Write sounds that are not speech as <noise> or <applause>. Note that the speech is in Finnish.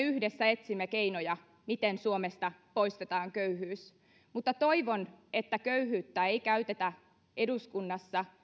<unintelligible> yhdessä etsimme keinoja miten suomesta poistetaan köyhyys mutta toivon että köyhyyttä ei käytetä eduskunnassa